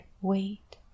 wait